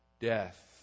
Death